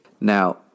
Now